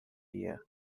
year